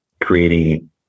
creating